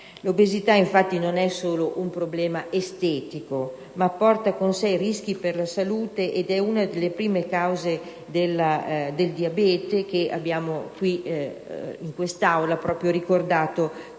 L'obesità, infatti, non è solo un problema estetico, ma porta con sé rischi per la salute ed è una delle prime cause del diabete, come abbiamo ricordato in quest'Aula qualche settimana